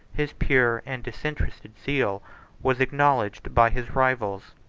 his pure and disinterested zeal was acknowledged by his rivals.